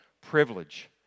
privilege